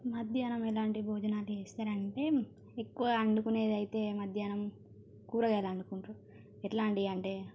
మధ్యాహ్నం ఎలాంటి భోజనాన్ని చేస్తారు అంటే ఎక్కువ వండుకునేది అయితే మధ్యాహ్నం కూరగాయలు వండుకుంటారు ఎట్లా వండి అంటే